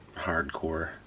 hardcore